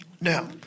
Now